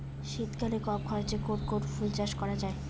শীতকালে কম খরচে কোন কোন ফুল চাষ করা য়ায়?